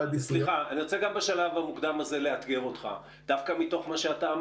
אני רוצה לאתגר אותך דווקא על רקע דבריך: